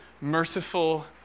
merciful